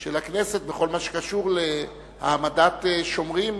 של הכנסת בכל מה שקשור להעמדת שומרים